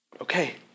Okay